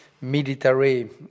military